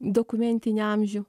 dokumentinį amžių